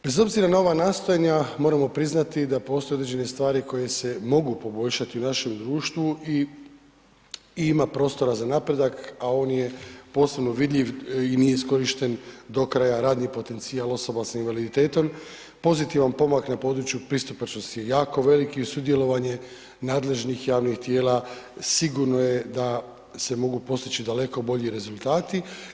Bez obzira na ova nastojanja, moramo priznati da postoje određene stvari koje se mogu poboljšati u našem društvu i ima prostora za napredak a on je posebno vidljiv i nije iskorišten do kraja radni potencijal osoba sa invaliditetom, pozitivan pomak na području pristupačnosti je jako velik i sudjelovanje nadležnih javnih tijela sigurno je da se mogu postići daleko bolji rezultati.